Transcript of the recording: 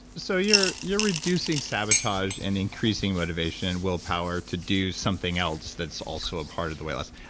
so you're you're reducing sabotage and increasing motivation, and will power to do something else that's also a part of the weight loss.